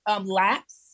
lapse